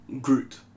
Groot